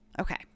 Okay